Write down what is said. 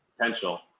potential